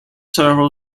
servo